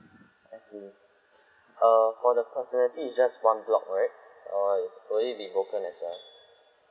I see err for the paternity is just one block right or is could it be open as well